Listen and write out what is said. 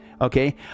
okay